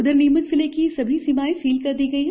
उधर नीमच जिले की सभी सीमाएं सील कर दी गई हैं